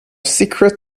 secret